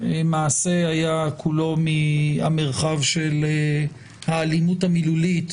שהמעשה היה כולו מהמרחב של האלימות המילולית,